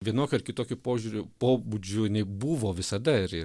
vienokiu ar kitokiu požiūriu pobūdžiu jinai buvo visada ir